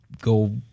go